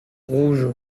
rouge